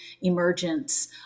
emergence